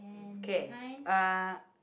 okay uh